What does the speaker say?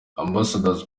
ambassador’s